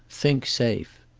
think safe.